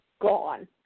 gone